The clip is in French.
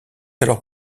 alors